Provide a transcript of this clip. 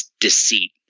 deceit